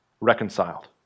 reconciled